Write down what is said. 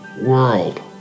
world